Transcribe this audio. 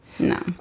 No